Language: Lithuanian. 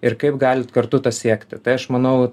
ir kaip galit kartu tą siekti tai aš manau